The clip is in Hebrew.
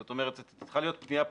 זאת אומרת, זו צריכה להיות פנייה פרטנית.